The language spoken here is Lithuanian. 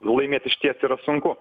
laimėt išties yra sunku